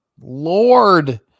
Lord